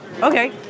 Okay